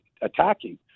attacking